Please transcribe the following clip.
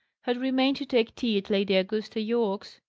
had remained to take tea at lady augusta yorke's,